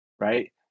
right